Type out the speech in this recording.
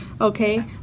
okay